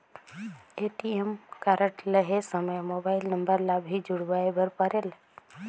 ATM card लहे समय mobile number ला भी जुड़वाए बर परेल?